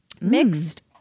mixed